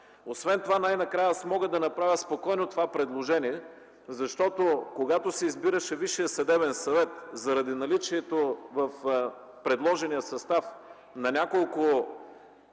Освен това най-накрая аз мога да направя спокойно това предложение, защото когато се избираше Висшият съдебен съвет, заради наличието в предложения състав на няколко